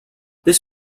this